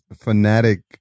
fanatic